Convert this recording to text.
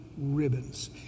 ribbons